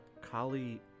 Kali